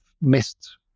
missed